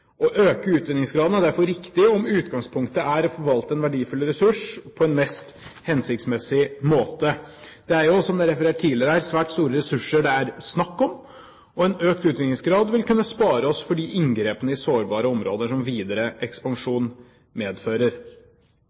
Å øke utvinningsgraden er derfor riktig om utgangspunktet er å forvalte en verdifull ressurs på en mest hensiktsmessig måte. Det er jo, som det er referert tidligere her, svært store ressurser det er snakk om, og en økt utvinningsgrad vil kunne spare oss for de inngrepene i sårbare områder som videre ekspansjon medfører.